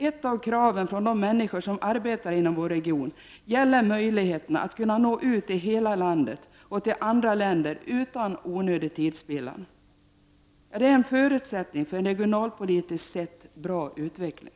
Ett av kraven från de människor som arbetar inom vår region är att det skall finnas möjligheter att nå ut till hela landet och även till andra länder utan onödig tidsspillan. Det är en förutsättning för en regionalpolitiskt bra utveckling.